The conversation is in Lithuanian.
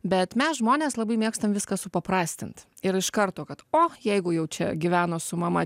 bet mes žmonės labai mėgstam viską supaprastint ir iš karto kad o jeigu jau čia gyveno su mama